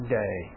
day